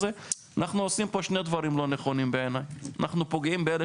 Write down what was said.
אנו עושים פה שני דברים לא נכונים בעיניי פוגעים באלה